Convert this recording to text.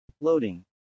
Loading